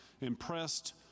impressed